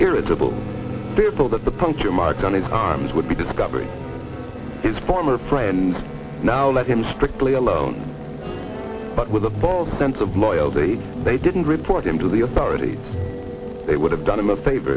irritable fearful that the puncture marks on his arms would be discovering his former friend now let him strictly alone but with a bald sense of loyalty they didn't report him to the authorities they would have done him a favor